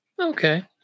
okay